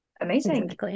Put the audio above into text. Amazing